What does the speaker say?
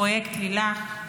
פרויקט לילך,